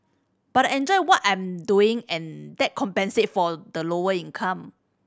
but I enjoy what I'm doing and that compensate for the lower income